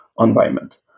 environment